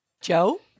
Joe